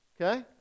Okay